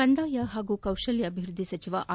ಕಂದಾಯ ಹಾಗೂ ಕೌಶಲ್ಯಾಭಿವೃದ್ದಿ ಸಚಿವ ಆರ್